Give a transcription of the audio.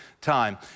time